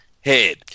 head